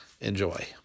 Enjoy